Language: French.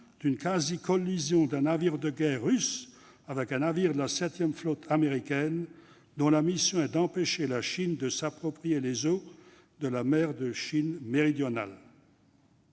d'une quasi-collision entre un navire de guerre russe et un navire de la septième flotte des États-Unis, dont la mission est d'empêcher la Chine de s'approprier les eaux de la mer de Chine méridionale.